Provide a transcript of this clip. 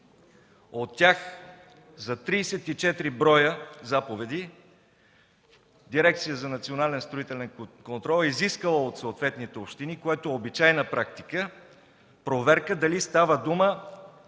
От тях за 34 броя Дирекция за национален строителен контрол е изискала от съответните общини, което е обичайна практика, проверка дали става дума